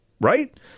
right